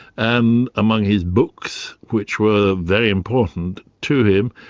and among his books, which were very important to him.